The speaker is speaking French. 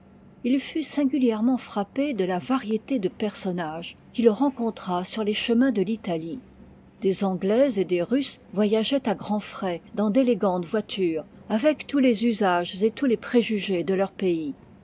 il fut singulièrement frappé de la variété de personnages qu'il rencontra sur les chemins de l'italie des anglais et des russes voyageoient à grands frais dans d'élégantes voitures avec tous les usages et tous les préjugés de leur pays